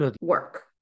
work